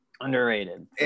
underrated